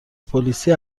پلیسی